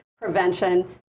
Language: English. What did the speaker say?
prevention